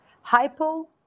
hypo